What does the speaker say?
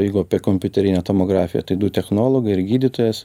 jeigu apie kompiuterinę tomografiją tai du technologai ir gydytojas